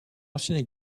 ancienne